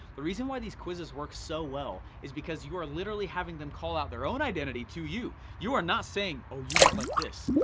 the reason why these quizzes work so well is because you are literally having them call out their own identity to you. you are not saying, oh you look like this.